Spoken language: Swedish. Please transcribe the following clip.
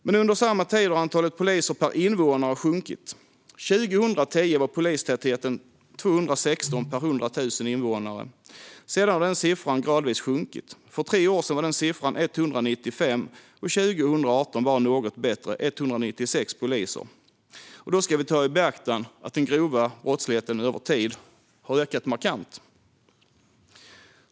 Men under samma tid har antalet poliser per invånare sjunkit. År 2010 var polistätheten 216 stycken per 100 000 invånare, men sedan dess har siffran gradvis sjunkit. För tre år sedan var antalet 195 stycken och 2018 bara något bättre, 196 poliser. Då ska vi ta i beaktande att den grova brottsligheten över tid har ökat markant.